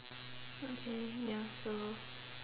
okay ya so